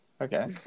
Okay